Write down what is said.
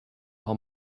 how